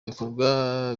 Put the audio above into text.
bikorwa